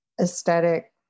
aesthetic